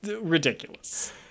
ridiculous